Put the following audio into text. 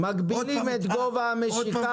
בעשור הזה של 2012 2019,